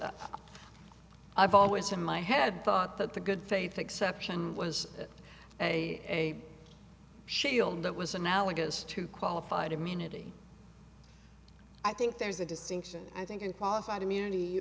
i've always in my head thought that the good faith exception was a shell that was analogous to qualified immunity i think there's a distinction i think in qualified immunity